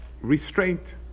restraint